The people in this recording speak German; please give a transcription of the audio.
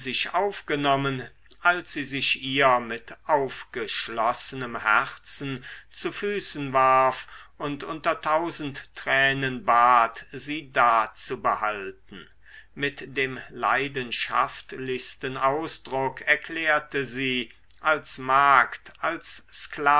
aufgenommen als sie sich ihr mit aufgeschlossenem herzen zu füßen warf und unter tausend tränen bat sie da zu behalten mit dem leidenschaftlichsten ausdruck erklärte sie als magd als